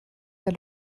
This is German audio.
der